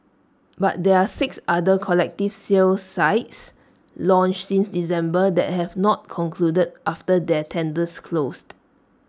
but there are six other collective sale sites launched since December that have not concluded after their tenders closed